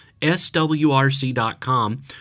swrc.com